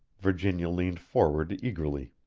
virginia leaned forward eagerly.